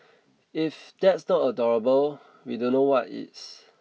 if that's not adorable we don't know what is